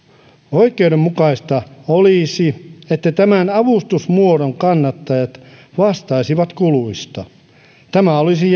oikeudenmukaista olisi että tämän avustusmuodon kannattajat vastaisivat kuluista tämä olisi